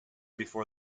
before